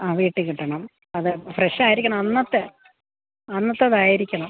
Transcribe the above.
ആ വീട്ടിൽ കിട്ടണം അത് ഫ്രഷ് ആയിരിക്കണം അന്നത്തെ അന്നത്തേതായിരിക്കണം